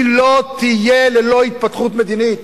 היא לא תהיה ללא התפתחות מדינית,